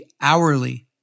hourly